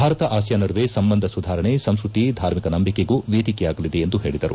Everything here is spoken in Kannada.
ಭಾರತ ಆಸಿಯಾನ್ ನಡುವೆ ಸಂಬಂಧ ಸುಧಾರಣೆ ಸಂಸ್ಕೃತಿ ಮತ್ತು ಧಾರ್ಮಿಕ ನಂಬಿಕೆಗೂ ವೇದಿಕೆಯಾಗಲಿದೆ ಎಂದು ಪೇಳಿದರು